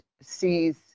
sees